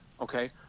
okay